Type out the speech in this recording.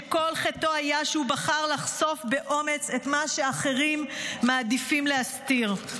שכל חטאו היה שהוא בחר לחשוף באומץ את מה שאחרים מעדיפים להסתיר?